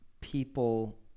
people